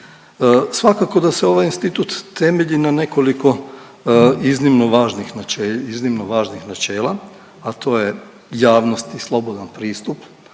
Svakako da se ovaj institut temelji na nekoliko iznimno važnih načela, a to je javnost i slobodan pristup,